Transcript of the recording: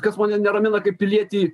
kas mane neramina kaip pilietį